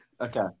okay